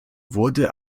wurde